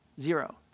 Zero